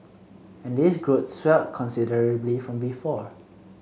and this group swelled considerably from before